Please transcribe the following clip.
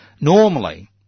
Normally